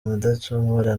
mudacumura